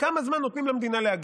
כמה זמן נותנים למדינה להגיב,